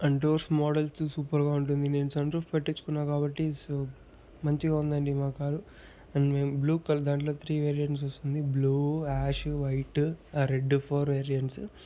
and doors models super గా ఉంటుంది నేను సన్ రూఫ్ పెటిచ్చుకున్నా కాబట్టి సో మంచిగా ఉందండి మా కారు అండ్ మేం బ్లూ కలర్ దాంట్లో త్రీ వేరియంట్స్ వస్తుంది బ్లూ యాషు వైటు ఆ రెడ్ ఫోర్ వేరియంట్సు